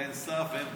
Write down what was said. אין סף ואין בטיח.